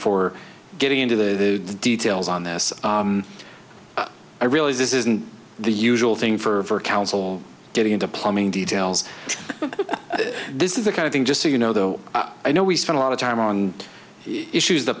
for getting into the details on this i realize this isn't the usual thing for counsel getting into plumbing details this is the kind of thing just so you know though i know we spend a lot of time on issues the